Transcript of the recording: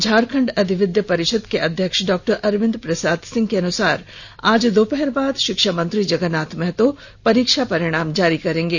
झारखंड अद्यविद परिषद के अध्यक्ष डॉ अरविंद प्रसाद सिंह के अनुसार आज दोपहर बाद षिक्षामंत्री जगन्नाथ महतो परीक्षा परिणाम जारी करेंगे